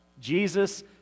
Jesus